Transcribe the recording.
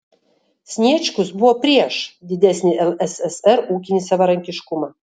sniečkus buvo prieš didesnį lssr ūkinį savarankiškumą